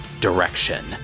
direction